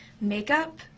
makeup